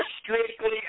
strictly